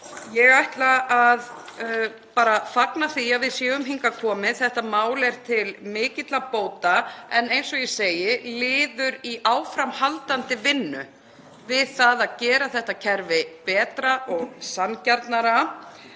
Ég ætla að bara fagna því að við séum hingað komin. Þetta mál er til mikilla bóta en eins og ég segi; liður í áframhaldandi vinnu við það að gera þetta kerfi betra og sanngjarnara.